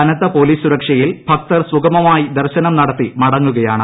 കനത്ത പോലീസ് സുരക്ഷയിൽ ഭക്തർ സുഗമമായി ദർശനം നടത്തി മടങ്ങുകയാണ്